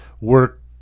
work